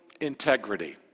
integrity